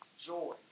joy